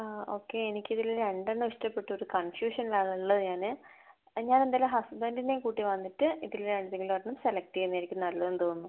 okay എനിക്കിതിൽ രണ്ടെണ്ണം ഇഷ്ടപ്പെട്ടു ഒരു കൺഫ്യൂഷനിലാണുള്ളത് ഞാൻ ഞാനെന്തായാലും ഹസ്ബൻഡിനെയും കൂട്ടി വന്നിട്ട് ഇതിൽ എന്തെങ്കിലും ഒരെണ്ണം സെലക്ട് ചെയ്യുന്നതായിരിക്കും നല്ലതെന്ന് തോന്നുന്നു